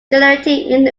generating